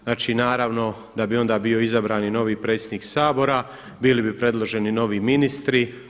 Znači naravno da bi onda bio izabran i novi predsjednik Sabora, bili bi predloženi novi ministri.